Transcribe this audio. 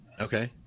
Okay